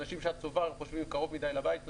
אנשים שחושבים שהצובר קרוב מדי לבית שלהם,